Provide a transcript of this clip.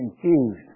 confused